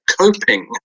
coping